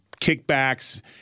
kickbacks